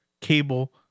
cable